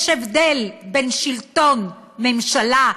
יש הבדל בין שלטון, ממשלה,